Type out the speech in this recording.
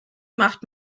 macht